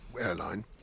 airline